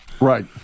Right